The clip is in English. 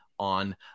on